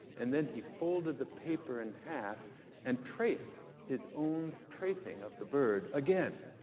and then he folded the paper in half and traced his own tracing of the bird again,